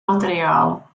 materiál